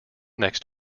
next